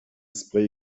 spray